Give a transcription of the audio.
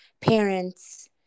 parents